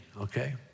okay